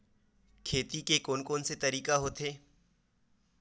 खेती के कोन कोन से तरीका होथे?